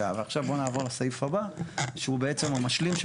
עכשיו בואו נעבור לסעיף הבא שהוא בעצם המשלים.